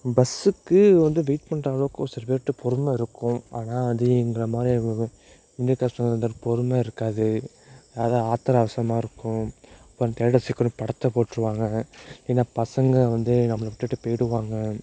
பஸ்ஸுக்கு வந்து வெயிட் பண்ற அளவுக்கு ஒரு சில பேர்கிட்ட பொறுமை இருக்கும் ஆனால் அதே எங்களை மாதிரி ஒரு கிளாஸ் பொறுமை இருக்காது அதாவது ஆத்திர அவசரமாக இருக்கும் சீக்கிரம் படத்தை போட்டிருவாங்க இல்லேனால் பசங்க வந்து நம்மளை விட்டுட்டு போயிடுவாங்க